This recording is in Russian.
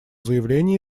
заявление